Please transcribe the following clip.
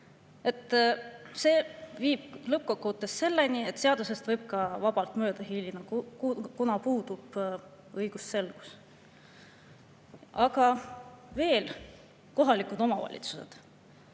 See viib lõppkokkuvõttes selleni, et seadusest võib ka vabalt mööda hiilida, kuna puudub õigusselgus. Aga veel: kohalikud omavalitsused.